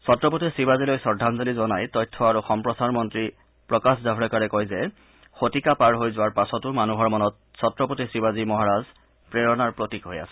ছত্ৰপতি শিৱাজীলৈ শ্ৰদ্ধাঞ্জলি জনাই তথ্য আৰু সম্প্ৰচাৰ মন্ত্ৰী প্ৰকাশ জাভাড়েকাৰে কয় যে শতিকা পাৰ হৈ যোৱাৰ পাছতো মানুহৰ মনত ছত্ৰপতি শিৱাজী মহাৰাজ প্ৰেৰণাৰ প্ৰতীক হৈ আছে